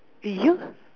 you